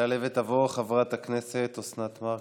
תעלה ותבוא חברת הכנסת אוסנת מארק.